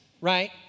right